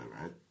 right